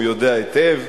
הוא יודע היטב.